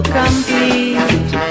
complete